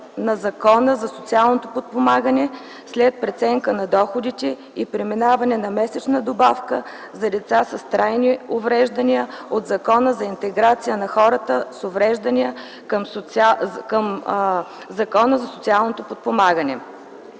на Закона за социално подпомагане, след преценка на доходите и преминаване на месечна добавка за деца с трайни увреждания от Закона за интеграция на хората с увреждания към Закона за социалното подпомагане.